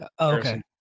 Okay